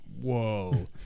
whoa